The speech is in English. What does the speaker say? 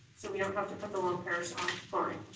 so we don't have to put the lone pairs on